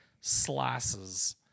slices